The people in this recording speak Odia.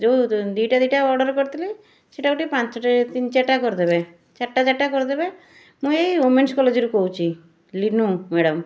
ଯେଉଁ ଦୁଇଟା ଦୁଇଟା ଅର୍ଡ଼ର କରିଥିଲି ସେଇଟାକୁ ପାଞ୍ଚଟା ତିନି ଚାରଟା କରିଦେବେ ଚାରଟା ଚାରଟା କରିଦେବେ ମୁଁ ଏଇ ଓମେନ୍ସ କଲେଜରୁ କହୁଛି ଲିନୁ ମ୍ୟାଡ଼ାମ୍